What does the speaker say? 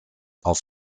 auf